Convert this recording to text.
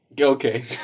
Okay